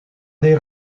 des